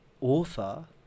author